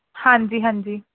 ਹਾਂਜੀ ਹਾਂਜੀ